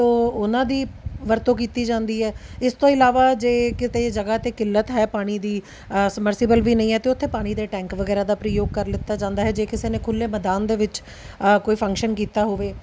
ਉਨ੍ਹਾਂ ਦੀ ਵਰਤੋਂ ਕੀਤੀ ਜਾਂਦੀ ਹੈ ਇਸ ਤੋਂ ਇਲਾਵਾ ਜੇ ਕਿਤੇ ਜਗ੍ਹਾ 'ਤੇ ਕਿੱਲਤ ਹੈ ਪਾਣੀ ਦੀ ਸਮਰਸੀਬਲ ਵੀ ਨਹੀਂ ਹੈ ਤਾਂ ਉੱਥੇ ਪਾਣੀ ਦੇ ਟੈਂਕ ਵਗੈਰਾ ਦਾ ਪ੍ਰਯੋਗ ਕਰ ਲਿੱਤਾ ਜਾਂਦਾ ਹੈ ਜੇ ਕਿਸੇ ਨੇ ਖੁੱਲ੍ਹੇ ਮੈਦਾਨ ਦੇ ਵਿੱਚ ਕੋਈ ਫੰਕਸ਼ਨ ਕੀਤਾ ਹੋਵੇ